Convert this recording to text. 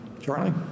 Charlie